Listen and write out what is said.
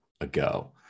ago